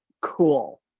cool